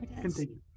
Continue